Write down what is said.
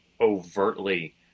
overtly